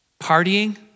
partying